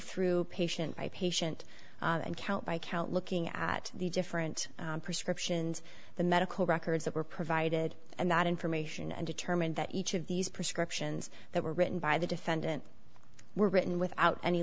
through patient by patient and count by count looking at the different prescriptions the medical records that were provided and that information and determined that each of these prescriptions that were written by the defendant were written without any